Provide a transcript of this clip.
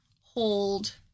hold